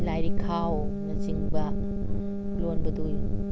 ꯂꯥꯏꯔꯤꯛ ꯈꯥꯎꯅ ꯆꯤꯡꯕ ꯂꯣꯟꯕꯗꯨ